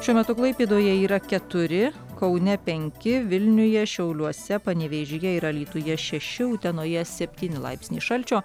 šiuo metu klaipėdoje yra keturi kaune penki vilniuje šiauliuose panevėžyje ir alytuje šeši utenoje septyni laipsniai šalčio